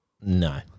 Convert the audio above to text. No